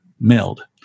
mailed